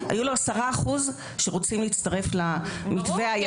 היו לו 10% שרוצים להצטרף למתווה החדש.